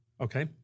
Okay